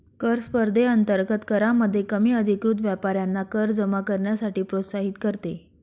कर स्पर्धेअंतर्गत करामध्ये कमी अधिकृत व्यापाऱ्यांना कर जमा करण्यासाठी प्रोत्साहित करते